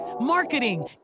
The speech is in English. marketing